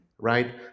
Right